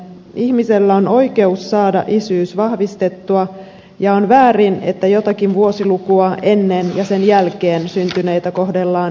ihmisellä on oikeus saada isyys vahvistettua ja on väärin että jotakin vuosilukua ennen ja sen jälkeen syntyneitä kohdellaan eri tavoin